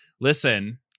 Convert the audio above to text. Listen